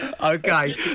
Okay